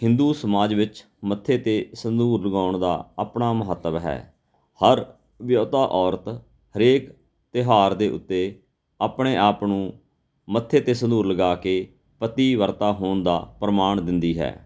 ਹਿੰਦੂ ਸਮਾਜ ਵਿੱਚ ਮੱਥੇ 'ਤੇ ਸੰਧੂਰ ਲਗਾਉਣ ਦਾ ਆਪਣਾ ਮਹੱਤਵ ਹੈ ਹਰ ਵਿਹੁਤਾ ਔਰਤ ਹਰੇਕ ਤਿਉਹਾਰ ਦੇ ਉੱਤੇ ਆਪਣੇ ਆਪ ਨੂੰ ਮੱਥੇ 'ਤੇ ਸੰਧੂਰ ਲਗਾ ਕੇ ਪਤੀ ਵਰਤਾ ਹੋਣ ਦਾ ਪ੍ਰਮਾਣ ਦਿੰਦੀ ਹੈ